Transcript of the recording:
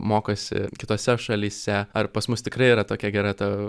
mokosi kitose šalyse ar pas mus tikrai yra tokia gera ta